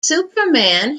superman